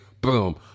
boom